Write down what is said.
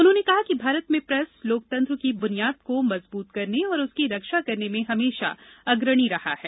उन्होंने कहा कि भारत में प्रेस लोकतंत्र की बुनियाद को मजबूत करने और उसकी रक्षा करने में हमेशा अग्रणी रहा है